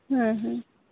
ᱦᱮᱸ ᱦᱮᱸ